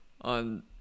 on